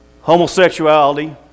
Homosexuality